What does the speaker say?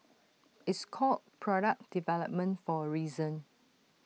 it's called product development for A reason